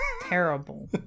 Terrible